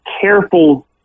careful